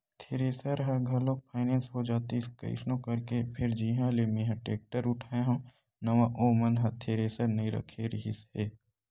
thresher ह घलोक finance हो जातिस कइसनो करके फेर जिहाँ ले मेंहा टेक्टर उठाय हव नवा ओ मन ह थेरेसर नइ रखे रिहिस हे